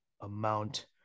amount